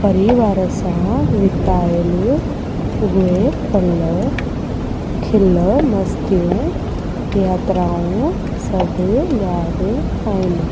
परिवार सां वितायल उहे पल खिल मस्तियूं यात्राऊं सभु यादि आहिनि